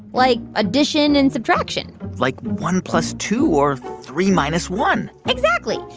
like addition and subtraction like one plus two or three minus one exactly.